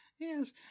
Yes